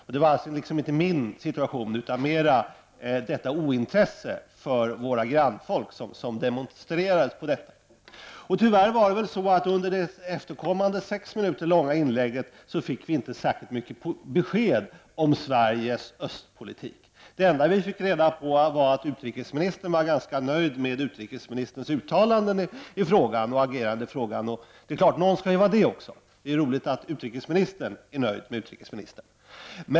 Jag avsåg således inte min situation utan mera detta ointresse för våra grannfolk som utrikesministern demonstrerade på detta sätt. Under det efterföljande sex minuter långa inlägget fick vi tyvärr inte heller särskilt mycket till besked om Sveriges östpolitik. Det enda vi fick reda på var att utrikesministern var ganska nöjd med utrikesministerns uttalanden och agerande i frågan, och det är klart att någon skall vara det också. Det är ju bra att utrikesministern är nöjd med utrikesministern.